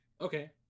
okay